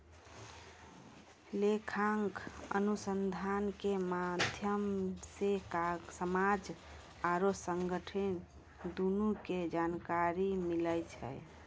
लेखांकन अनुसन्धान के माध्यम से समाज आरु संगठन दुनू के जानकारी मिलै छै